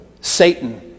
Satan